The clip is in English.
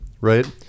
right